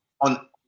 on